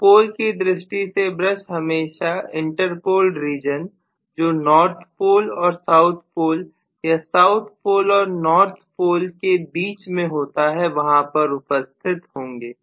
तो पोल की दृष्टि से ब्रश हमेशा इंटरपोल रीजन जो नॉर्थ पोल और साउथ पोल या साउथ पोल और नॉर्थ पोल के बीच में होता है वहां पर उपस्थित होंगे